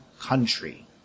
country